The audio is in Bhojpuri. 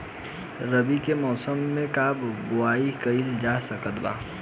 रवि के मौसम में का बोआई कईल जा सकत बा?